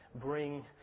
bring